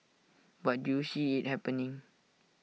but do you see IT happening